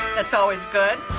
that's always good.